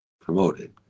promoted